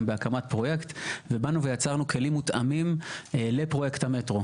בהקמת פרויקט ובאנו וירצנו כלים מותאמים לפרויקט המטרו.